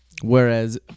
Whereas